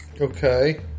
Okay